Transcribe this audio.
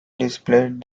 displayed